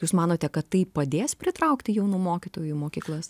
jūs manote kad tai padės pritraukti jaunų mokytojų į mokyklas